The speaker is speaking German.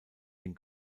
den